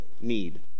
need